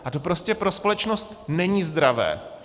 A to prostě pro společnost není zdravé.